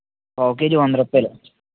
పావు కేజీ వంద రూపాయలు